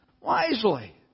wisely